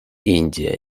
индия